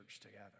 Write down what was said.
together